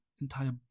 entire